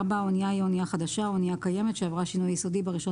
האנייה היא אנייה חדשה או אנייה קיימת שעברה שינוי יסודי ב-1